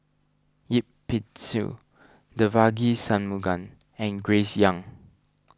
Yip Pin Xiu Devagi Sanmugam and Grace Young